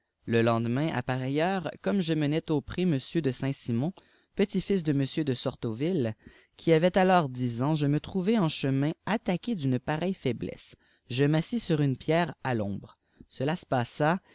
le lefidemain à pareille heure comme je menais au pré a de saint-simon petit-fils de m de sortoyille qui avait alors dix ans je me trouvai en chemin attaoué d'une pareille faiblesse je m'assis sur un pierre à l'ombre cela se passa